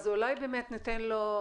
אז אולי באמת ניתן לו,